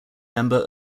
member